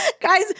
Guys